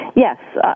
Yes